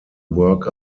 work